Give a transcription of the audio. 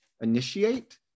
initiate